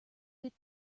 bit